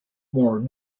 more